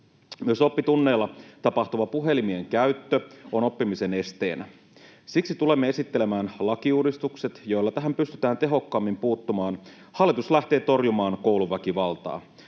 Myös oppitunneilla tapahtuva puhelimien käyttö on oppimisen esteenä. Siksi tulemme esittelemään lakiuudistukset, joilla tähän pystytään tehokkaammin puuttumaan. Hallitus lähtee torjumaan kouluväkivaltaa.